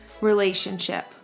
relationship